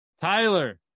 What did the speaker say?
Tyler